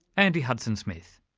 andy hudson-smith.